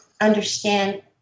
understand